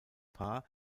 paar